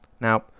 Now